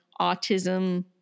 autism